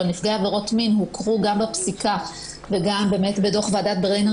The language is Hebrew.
ונפגעי עבירות מין הוכרו גם בפסיקה וגם באמת בדוח ועדת ברלינר